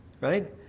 right